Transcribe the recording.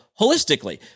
holistically